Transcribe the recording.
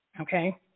Okay